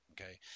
okay